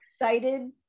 excited